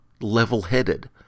level-headed